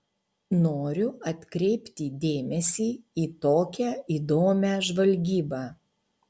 noriu atkreipti dėmesį į tokią įdomią žvalgybą